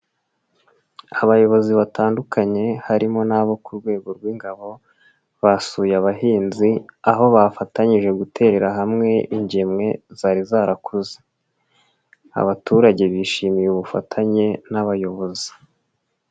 Abayobozi batandukanye harimo n'abo ku rwego rw'ingabo, basuye abahinzi, aho bafatanyije gutererera hamwe ingemwe zari zarakuze. Abaturage bishimiye ubufatanye n'abayobozi.